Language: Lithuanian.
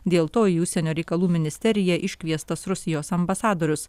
dėl to į užsienio reikalų ministeriją iškviestas rusijos ambasadorius